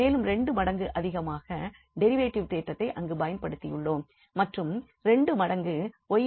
மேலும் 2 மடங்கு அதிகமாக டெரிவேட்டிவ் தேற்றத்தை அங்கு பயன்படுத்தியுள்ளோம் மற்றும் 2 மடங்கு 𝑌𝑠